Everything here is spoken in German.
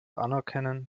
anerkennen